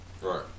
Right